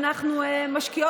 זה לא בבחינת הבטחה,